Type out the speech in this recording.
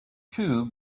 too